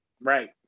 Right